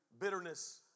bitterness